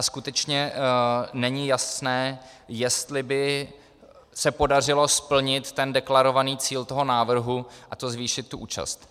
Skutečně není jasné, jestli by se podařilo splnit deklarovaný cíl návrhu, a to zvýšit účast.